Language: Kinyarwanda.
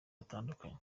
batandukanye